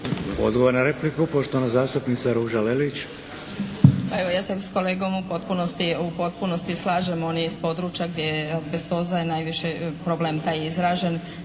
Odgovor na repliku poštovana zastupnica Ruža Lelić.